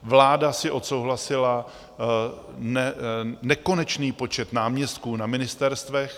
Vláda si odsouhlasila nekonečný počet náměstků na ministerstvech.